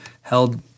held